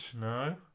No